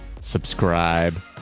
Subscribe